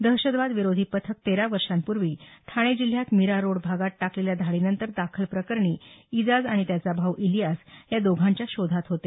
दहशतवाद विरोधी पथक तेरा वर्षांपूर्वी ठाणे जिल्ह्यात मीरा रोड भागात टाकलेल्या धाडीनंतर दाखल प्रकरणी इजाज आणि त्याचा भाऊ इलियास या दोघांच्या शोधात होते